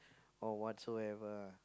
or whatsoever ah